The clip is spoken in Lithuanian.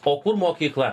o kur mokykla